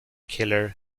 killer